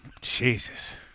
Jesus